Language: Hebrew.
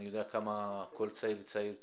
אני יודע כמה כל צעיר וצעיר סובל.